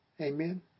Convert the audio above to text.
Amen